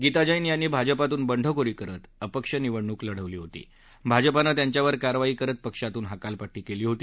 गीता जप्तयांनी भाजपातून बंडखोरी करत अपक्ष निवडणूक लढवली होती भाजपनं त्यांच्यावर कारवाई करत पक्षातून हकालपट्टी केली होती